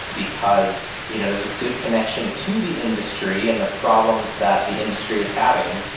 because you know there's a good connection to the industry and the problems that the industry is having,